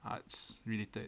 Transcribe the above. arts related